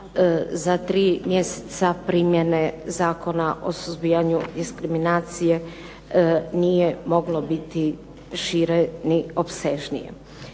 za 3 mjeseca primjene Zakona o suzbijanju diskriminacije nije moglo biti šire ni opsežnije.